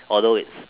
although its